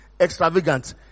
extravagant